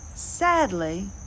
Sadly